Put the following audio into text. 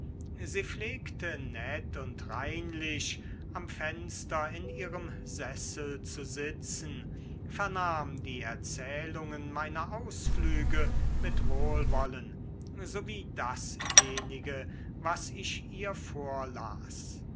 sie pflegte nett und reinlich am fenster in ihrem sessel zu sitzen vernahm die erzählungen meiner ausflüge mit wohlwollen sowie dasjenige was ich ihr vorlas